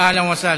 אהלן וסהלן.